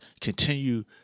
continue